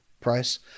price